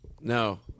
No